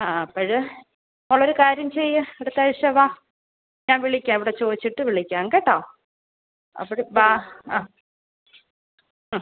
ആ അപ്പോൾ മോളൊരു കാര്യം ചെയ്യ് അടുത്ത ആഴ്ച്ച വാ ഞാൻ വിളിക്കാം ഇവിടെ ചോദിച്ചിട്ട് വിളിക്കാം കേട്ടോ അപ്പോൾ വാ ആ ആ